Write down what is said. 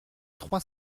trois